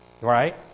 right